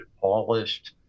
polished